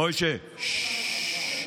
למה ש"ס,